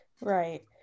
right